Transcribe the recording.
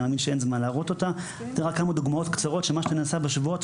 ואני מאמין שאין זמן להראות אותה של מה שנעשה בשבועות